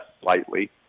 slightly